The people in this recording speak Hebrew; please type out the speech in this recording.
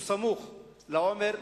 הוא סמוך לעומר.